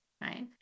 right